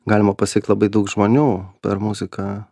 galima pasiekt labai daug žmonių per muziką